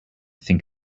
think